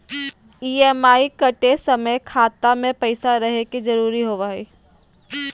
EMI कटे समय खाता मे पैसा रहे के जरूरी होवो हई